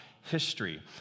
history